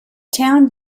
town